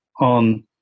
on